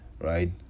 right